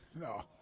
no